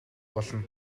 болно